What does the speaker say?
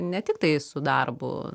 ne tiktai su darbu